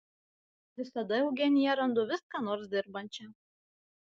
visada eugeniją randu vis ką nors dirbančią